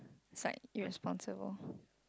is like irresponsible